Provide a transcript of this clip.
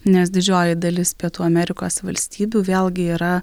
nes didžioji dalis pietų amerikos valstybių vėlgi yra